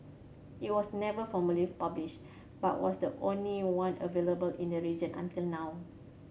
it was never formally published but was the only one available in the region until now